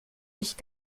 nicht